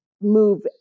move